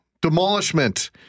demolishment